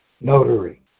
notary